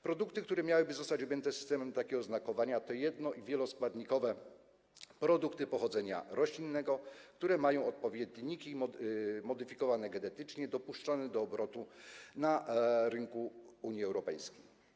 Produkty, które miałyby zostać objęte systemem takiego oznakowania, to jedno- i wieloskładnikowe produkty pochodzenia roślinnego, które mają odpowiedniki modyfikowane genetycznie dopuszczane do obrotu na rynku Unii Europejskiej.